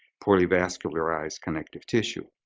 poorly vascularized connective tissue,